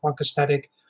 aesthetic